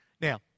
Now